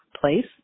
place